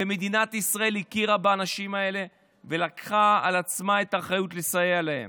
ומדינת ישראל הכירה באנשים האלה ולקחה על עצמה את האחריות לסייע להם.